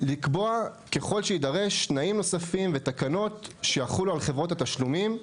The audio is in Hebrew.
לקבוע ככל שיידרש תנאים נוספים ותקנות שיחולו על חברות התשלומים,